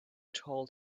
told